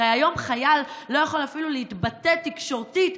הרי היום חייל לא יכול אפילו להתבטא תקשורתית,